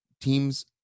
teams